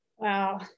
Wow